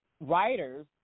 writers